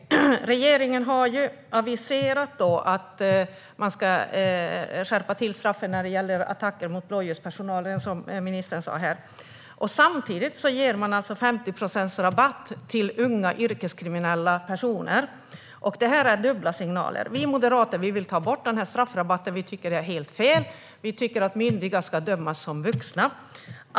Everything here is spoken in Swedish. Regeringen har aviserat att man ska skärpa straffen för attacker mot blåljuspersonal, som ministern sa här. Samtidigt ger man 50 procents rabatt till unga yrkeskriminella personer. Detta är dubbla signaler. Vi moderater vill ta bort straffrabatten. Vi tycker att detta är helt fel. Vi tycker att myndiga ska dömas som vuxna.